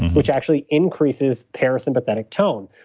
which actually increases parasympathetic tone.